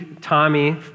Tommy